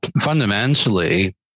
fundamentally